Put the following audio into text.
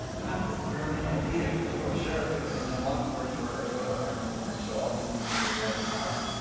i've got this brilliant idea, but who do i share it with? and and long story short, i go to harmons and i show all these things that say jasmine star like,